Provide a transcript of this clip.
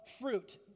fruit